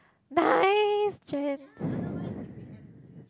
nice Jen